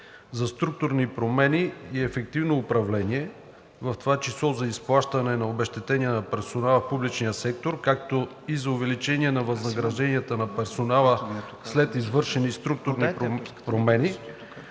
„За структурни промени и ефективно управление, в това число за изплащане на обезщетения на персонала в публичния сектор, както и за увеличаване на възнагражденията на персонала след извършени структурни промени“